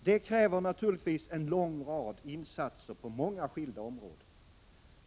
Detta kräver naturligtvis en lång rad insatser på många skilda områden.